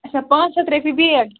اچھا پانٛژھ ہَتھ رۄپیہِ بیگ